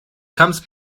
comes